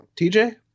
tj